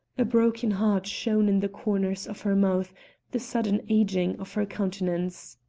a broken heart shown in the corners of her mouth, the sudden aging of her countenance.